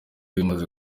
rimaze